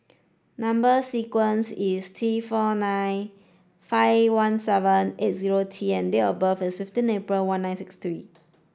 number sequence is T four nine five one seven eight zero T and date of birth is fifteen April one nine six three